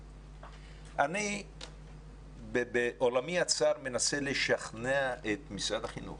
אני בעולמי הצר מנסה לשכנע את משרד החינוך